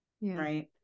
right